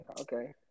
okay